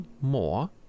more